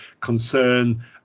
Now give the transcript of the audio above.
concern